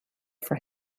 for